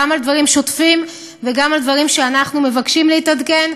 גם על דברים שוטפים וגם על דברים שאנחנו מבקשים להתעדכן,